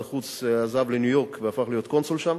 החוץ עזב לניו-יורק והפך להיות קונסול שם,